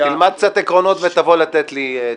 והאופוזיציה -- תלמד קצת עקרונות ותבוא לתת לי עצות.